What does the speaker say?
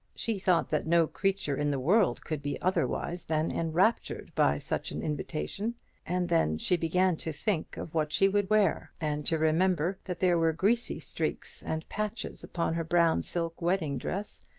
she thought that no creature in the world could be otherwise than enraptured by such an invitation and then she began to think of what she would wear, and to remember that there were greasy streaks and patches upon her brown silk wedding-dress,